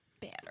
better